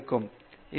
பேராசிரியர் பி